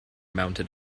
mounted